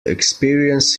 experience